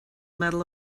medal